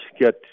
get